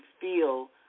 feel